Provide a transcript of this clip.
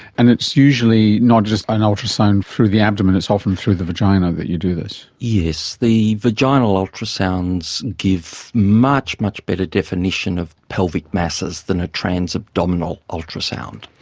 and it's usually not just an ultrasound through the abdomen, it's often through the vagina that you do this. yes. the vaginal ultrasounds give much, much better definition of pelvic masses than a trans-abdominal ultrasound.